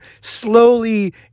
slowly